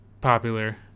popular